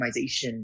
optimization